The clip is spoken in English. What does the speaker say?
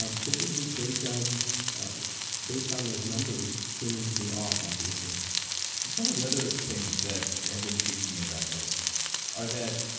um simply just based on based on those numbers seeming to be off obviously some of the other things that ever intrigued me about this are that,